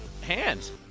hands